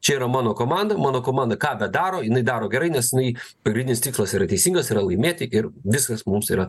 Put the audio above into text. čia yra mano komanda mano komanda ką bedaro jinai daro gerai nes jinai pirminis tikslas yra teisingas yra laimėti ir viskas mums yra